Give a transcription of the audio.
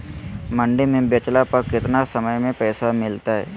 मंडी में बेचला पर कितना समय में पैसा मिलतैय?